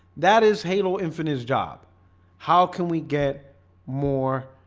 that is halo infinity job how can we get more?